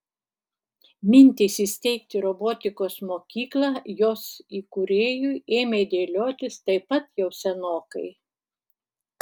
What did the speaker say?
mintys įsteigti robotikos mokyklą jos įkūrėjui ėmė dėliotis taip pat jau senokai